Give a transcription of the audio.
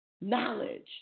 Knowledge